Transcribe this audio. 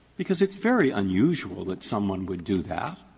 because it's very unusual that someone would do that,